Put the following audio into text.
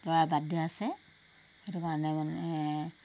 ল'ৰাৰ বাৰ্থডে' আছে সেইটো কাৰণে মানে